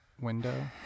window